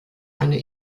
eine